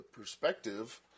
perspective